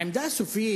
העמדה הסופית,